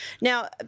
now